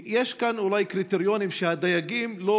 יש כאן אולי קריטריונים שהדייגים לא